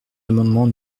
amendement